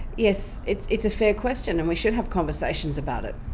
yes, it's it's a fair question and we should have conversations about it.